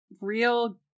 real